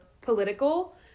political